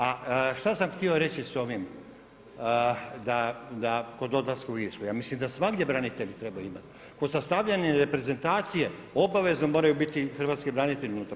A šta sam htio reći s ovim kod odlaska u Irsku, ja mislim da svagdje branitelj trebaju imati, kod sastavljanja reprezentacije obavezno moraju biti hrvatski branitelji unutra.